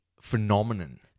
phenomenon